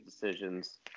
decisions